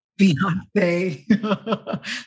Beyonce